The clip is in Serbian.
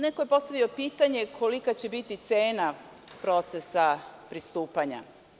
Neko je postavio pitanje kolika će biti cena procesa pristupanja.